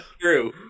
true